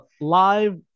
live